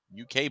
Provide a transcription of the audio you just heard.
UK